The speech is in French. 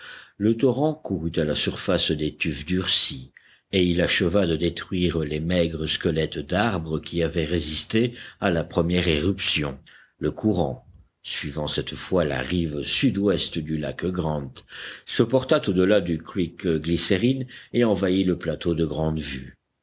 le torrent courut à la surface des tufs durcis et il acheva de détruire les maigres squelettes d'arbres qui avaient résisté à la première éruption le courant suivant cette fois la rive sudouest du lac grant se porta au delà du creek glycérine et envahit le plateau de grande vue